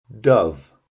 dove